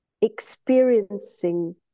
experiencing